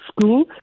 school